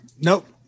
Nope